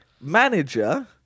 manager